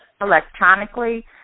Electronically